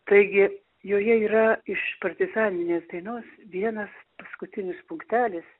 taigi joje yra iš partizaninės dainos vienas paskutinis punktelis